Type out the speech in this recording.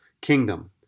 kingdom